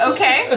Okay